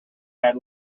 had